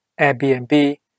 Airbnb